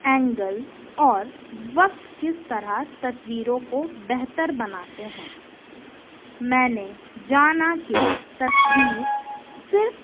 angle اور وقت کس طرح تصویروں کو بہتر بناتے ہیں میں نے جانا کہ تصویر صرف